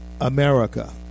America